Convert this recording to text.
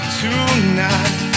tonight